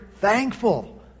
thankful